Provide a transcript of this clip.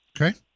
Okay